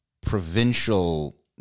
provincial